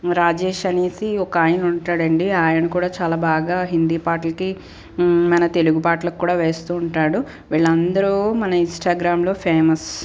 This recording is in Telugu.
రాజేష్ అనేసి ఒకాయన ఉంటాడండి ఆయన కూడా చాలా బాగా హిందీ పాటలకి మన తెలుగు పాటలకు కూడా వేస్తూ ఉంటాడు వీళ్ళందరూ మన ఇన్స్టాగ్రామ్లో ఫేమస్